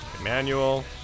Emmanuel